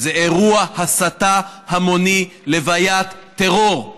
זה אירוע הסתה המוני, לוויית טרור,